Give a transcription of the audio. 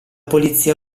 polizia